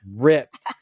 ripped